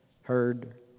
heard